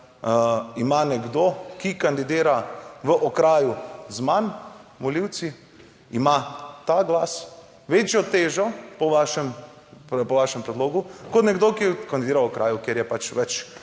ima nekdo, ki kandidira v okraju z manj volivci, ima ta glas večjo težo, po vašem, po vašem predlogu, kot nekdo, ki kandidira v kraju, kjer je pač več